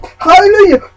Hallelujah